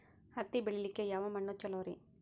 ಹತ್ತಿ ಬೆಳಿಲಿಕ್ಕೆ ಯಾವ ಮಣ್ಣು ಚಲೋರಿ?